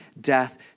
death